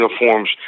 uniforms